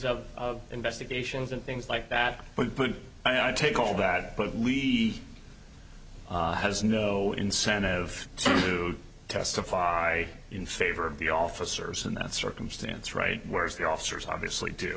of investigations and things like that but i take all that we has no incentive to testify in favor of the officers in that circumstance right whereas the officers obviously do